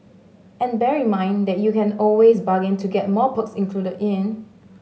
and bear in mind that you can always bargain to get more perks included in